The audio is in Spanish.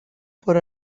por